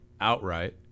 outright